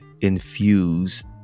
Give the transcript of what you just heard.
infused